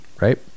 right